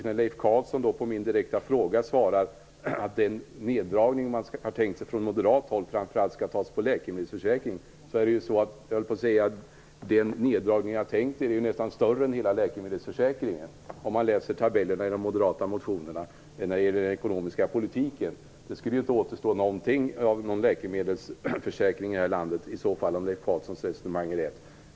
När Leif Carlson då på min direkta fråga svarar att den neddragning man tänkt sig från moderat håll framför allt skall tas från läkemedelsförsäkringen vill jag säga att den neddragning ni har tänkt er är ju nästan större än hela läkemedelsförsäkringen, om man läser tabellerna i de moderata motionerna om den ekonomiska politiken. Det skulle inte återstå någonting av någon läkemedelsförsäkring i det här landet, om Leif Carlsons resonemang är riktigt.